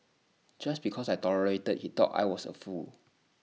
just because I tolerated he thought I was A fool